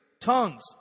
tongues